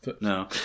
No